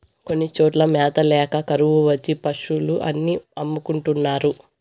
కొన్ని చోట్ల మ్యాత ల్యాక కరువు వచ్చి పశులు అన్ని అమ్ముకుంటున్నారు